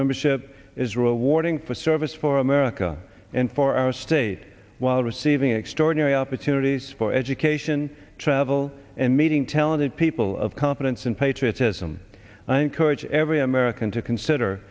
membership is rewarding for service for america and for our state while receiving extraordinary opportunities for education travel and meeting talented people of competence and patriotism and i encourage every american to consider